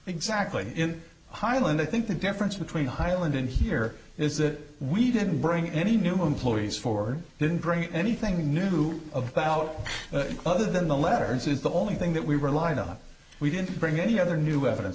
exactly in highland i think the difference between highland and here is that we didn't bring any new employees forward didn't bring anything new about other than the letters is the only thing that we were lined up we didn't bring any other new evidence